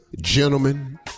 gentlemen